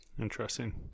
Interesting